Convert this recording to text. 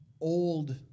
old